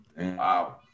Wow